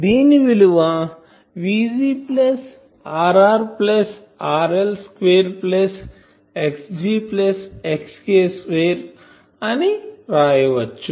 దీని విలువ Vg plus Rr plus RL square ప్లస్Xg ప్లస్ XA స్క్వేర్ అని వ్రాయచ్చు